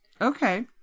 okay